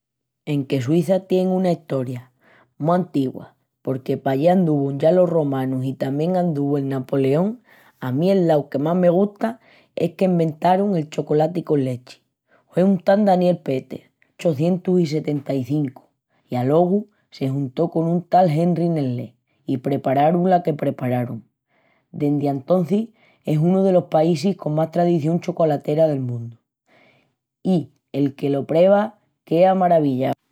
Enque Suíça tien una estoria mu antigua porque pallí anduvun ya los romanus i tamién anduvu'l Napoleón, a mí el dau que más me gusta es qu'enventarun el chocolati con lechi. Hue un tal Daniel Peter pallá pal mil ochucientus i setenta i cincu i alogu se juntó con un tal Henry Nestlé i prepararun la que prepararun. Dendi antocis es unu delos paísis con más tradición chocolatera del mundu i el que lo preva quea maravillau.